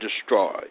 destroyed